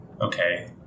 Okay